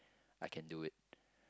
I can do it